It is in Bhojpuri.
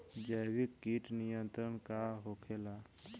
जैविक कीट नियंत्रण का होखेला?